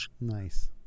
Nice